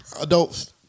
adults